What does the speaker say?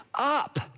up